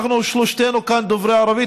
אנחנו שלושתנו כאן דוברי ערבית.